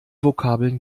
vokabeln